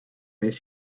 neist